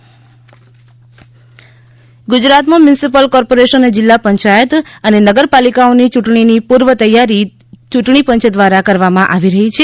વડોદરા ચૂંટણીપંચ ગુજરાતમાં municipal corporation જિલ્લા પંચાયત અને નગરપાલિકોઓની યૂંટણીની પૂર્વ તૈયારી યૂંટણીપંચ દ્વારા કરવામાં આવી રહી છે